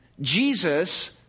Jesus